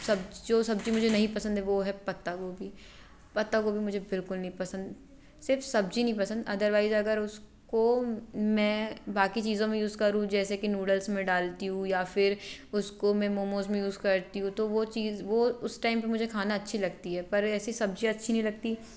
सब्ज जो सब्ज़ी मुझे नहीं पसंद है वह है पत्ता गोभी पत्ता गोभी मुझे बिल्कुल नहीं पसंद सिर्फ सब्ज़ी नहीं पसंद अदरवाइज़ अगर उसको मैं बाकी चीज़ों में यूज करूँ जैसे कि नूडल्स में डालती हूँ या फिर उसको मैं मोमोज में यूज़ करती हूँ तो वह चीज़ वह उस टाइम पर मुझे खाना अच्छी लगती है पर ऐसी सब्ज़ी अच्छी नहीं लगती